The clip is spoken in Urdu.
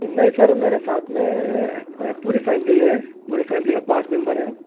نہیں سر میرے ساتھ میں پوری فیملی ہے پورے فیملی میں پانچ ممبر ہیں